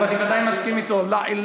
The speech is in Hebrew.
אני בוודאי מסכים אתו.